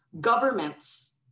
governments